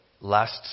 Last